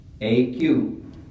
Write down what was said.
A-Q